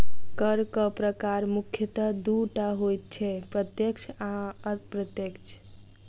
करक प्रकार मुख्यतः दू टा होइत छै, प्रत्यक्ष आ अप्रत्यक्ष